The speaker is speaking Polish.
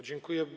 Dziękuję.